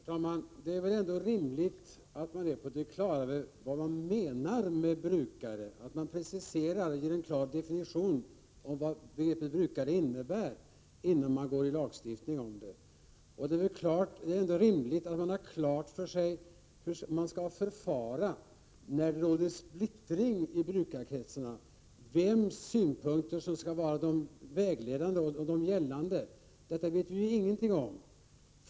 Herr talman! Det är väl ändå rimligt att man är på det klara med vad som menas med brukare och att man ger en klar definition av vad brukare innebär innan man stiftar lag om det. Det är rimligt att man har klart för sig hur man skall förfara när det råder splittring i brukarkretsarna, vems synpunkter som skall vara vägledande. Vi vet ingenting om detta.